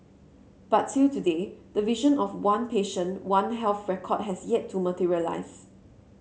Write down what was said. but till today the vision of one patient one health record has yet to materialise